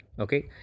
okay